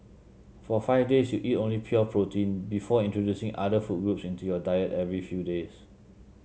for five days you eat only pure protein before introducing other food groups into your diet every few days